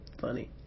funny